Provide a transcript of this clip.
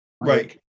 Right